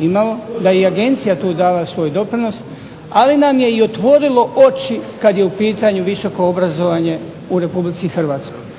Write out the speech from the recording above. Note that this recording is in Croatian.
imalo, da je i agencija tu dala svoj doprinos, ali nam je i otvorilo oči kad je u pitanju visoko obrazovanje u Republici Hrvatskoj.